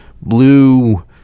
blue